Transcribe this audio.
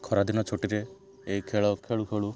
ଖରାଦିନ ଛୁଟିରେ ଏଇ ଖେଳ ଖେଳୁ ଖେଳୁ